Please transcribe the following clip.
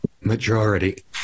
majority